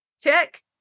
check